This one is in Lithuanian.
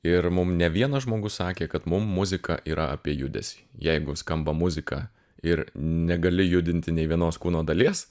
ir mum ne vienas žmogus sakė kad mum muzika yra apie judesį jeigu skamba muzika ir negali judinti nei vienos kūno dalies